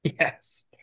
Yes